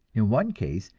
in one case,